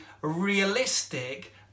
realistic